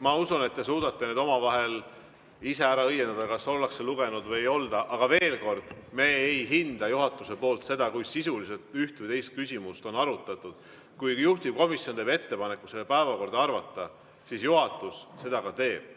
Ma usun, et te suudate omavahel selle ise ära õiendada, kas ollakse lugenud või ei olda. Aga veel kord: me ei hinda juhatuses seda, kui sisuliselt ühte või teist küsimust on arutatud. Kui juhtivkomisjon teeb ettepaneku [eelnõu] päevakorda arvata, siis juhatus seda ka teeb.